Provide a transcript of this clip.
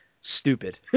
stupid